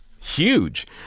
huge